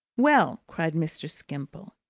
well! cried mr. skimpole.